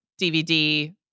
DVD